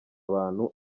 bantu